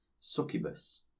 succubus